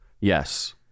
Yes